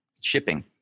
shipping